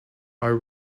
are